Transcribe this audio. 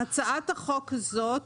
הצעת החוק הזאת